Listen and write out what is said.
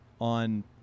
on